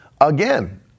again